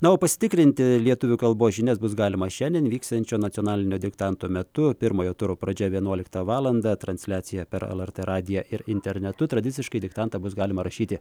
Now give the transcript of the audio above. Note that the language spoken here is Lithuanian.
na o pasitikrinti lietuvių kalbos žinias bus galima šiandien vyksiančio nacionalinio diktanto metu pirmojo turo pradžiavienuoliktą valandą transliacija per lrt radiją ir internetu tradiciškai diktantą bus galima rašyti